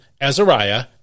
Azariah